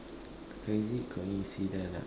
crazy coincidence ah